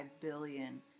billion